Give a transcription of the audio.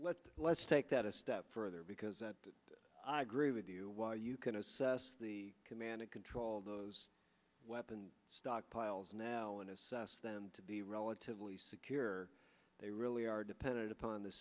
let's let's take that a step further because that i agree with you while you can assess the command and control those weapons stockpiles now and assess them to be relatively secure they really are dependent upon the